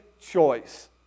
choice